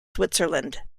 switzerland